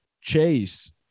Chase